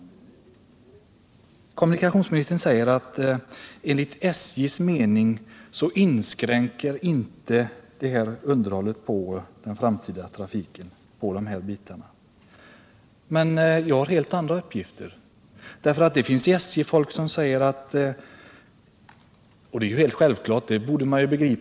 Kommunikationsministern säger att eftersättning av underhållet enligt SJ:s mening inte inskränker den framtida trafiken på dessa bandelar. Jag har helt andra uppgifter från SJ:s folk.